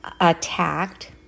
attacked